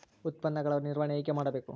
ಉತ್ಪನ್ನಗಳ ನಿರ್ವಹಣೆ ಹೇಗೆ ಮಾಡಬೇಕು?